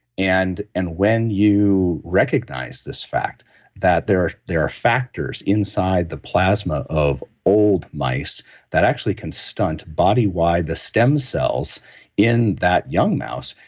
and and when you recognize this fact that there there are factors inside the plasma of old mice that actually can stunt bodywide the stem cells in that young mouse,